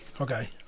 Okay